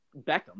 Beckham